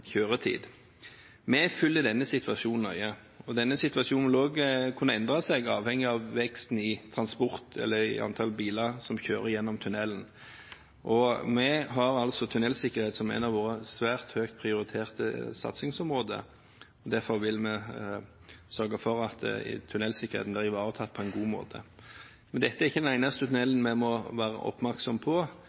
kjøretid. Vi følger denne situasjonen nøye, og denne situasjonen vil også kunne endre seg, avhengig av veksten i antall biler som kjører gjennom tunnelen. Vi har tunnelsikkerhet som et av våre svært høyt prioriterte satsingsområder. Derfor vil vi sørge for at tunnelsikkerheten er ivaretatt på en god måte. Men dette er ikke den eneste tunnelen vi må være oppmerksom på.